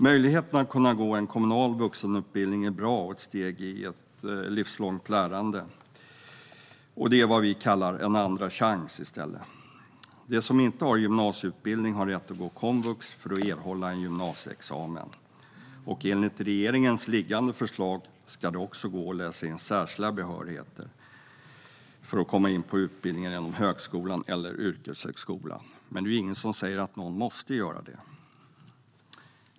Möjligheten att gå en kommunal vuxenutbildning är bra och ett steg i ett livslångt lärande. Det är vad vi kallar en andra chans. De som inte har gymnasieutbildning har rätt att gå komvux för att erhålla en gymnasieexamen. Enligt regeringens liggande förslag ska det också gå att läsa in särskilda behörigheter för att komma in på utbildningar inom högskolan eller yrkeshögskolan. Men det är ingen som säger att man måste göra det.